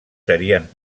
serien